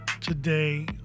today